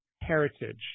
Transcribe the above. heritage